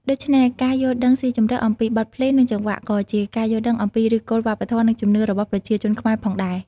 ដូច្នេះ ការយល់ដឹងស៊ីជម្រៅអំពីបទភ្លេង និងចង្វាក់ក៏ជាការយល់ដឹងអំពីឫសគល់វប្បធម៌ និងជំនឿរបស់ប្រជាជនខ្មែរផងដែរ។